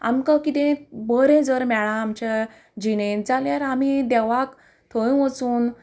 आमकां कितें बरें जर मेळ्ळां आमच्या जिणेंत जाल्यार आमी देवाक थंय वचून